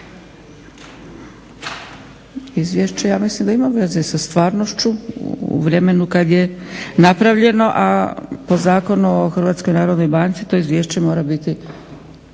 Izvješće ja mislim da ima veze sa stvarnošću u vremenu kad je napravljeno a po Zakonu o Hrvatskoj narodnoj